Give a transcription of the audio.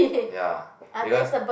ya because